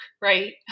right